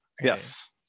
yes